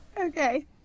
okay